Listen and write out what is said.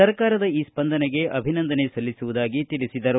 ಸರ್ಕಾರದ ಈ ಸ್ವಂದನೆಗೆ ಅಭಿನಂದನೆ ಸಲ್ಲಿಸುವುದಾಗಿ ತಿಳಿಸಿದರು